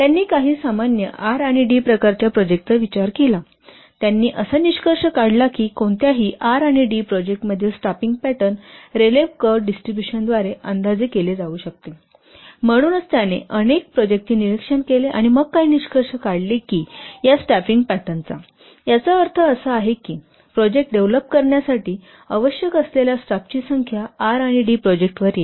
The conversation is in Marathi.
त्यांनी काही सामान्य R आणि D प्रकारच्या प्रोजेक्टचा विचार केला त्यांनी असा निष्कर्ष काढला की कोणत्याही R आणि D प्रोजेक्टतील स्टाफिंग पॅटर्न रेलेव्ह कर्व डिस्ट्रिब्युशनद्वारे अंदाजे केले जाऊ शकते म्हणूनच त्याने अनेक प्रोजेक्टचे निरीक्षण केले आणि मग काय निष्कर्ष काढले की या स्टाफिंग पॅटर्नचा याचा अर्थ असा आहे की प्रोजेक्ट डेव्हलप करण्यासाठी आवश्यक असलेल्या स्टाफची संख्या R आणि D प्रोजेक्टवर येईल